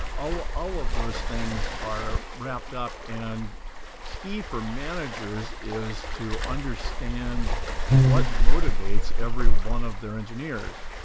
all all of those things are wrapped up and key for managers is to understand what motivates every one of their engineers.